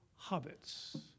hobbits